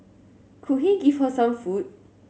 could he give her some food